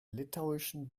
litauischen